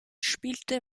spielte